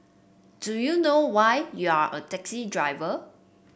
do you know why you're a taxi driver